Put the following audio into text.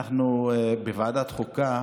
בוועדת חוקה